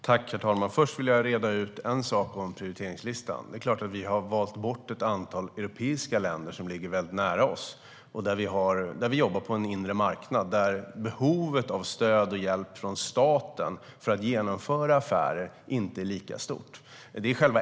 Herr talman! Först vill jag reda ut en sak om prioriteringslistan. Det är klart att vi har valt bort ett antal europeiska länder som ligger väldigt nära oss. Vi jobbar där på en inre marknad, och behovet av hjälp och stöd från staten för att genomföra affärer är inte lika stort.